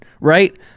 right